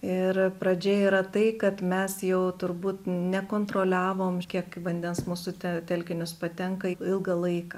ir pradžia yra tai kad mes jau turbūt nekontroliavom kiek vandens mūsų telkinius patenka ilgą laiką